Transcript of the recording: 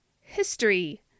history